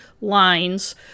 lines